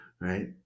right